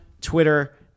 Twitter